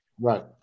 Right